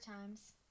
times